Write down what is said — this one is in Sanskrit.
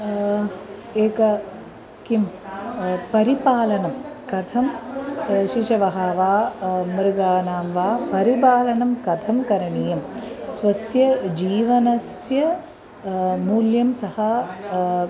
एकं किं परिपालनं कथं शिशवः वा मृगाणां वा परिपालनं कथं करणीयं स्वस्य जीवनस्य मूल्यं सः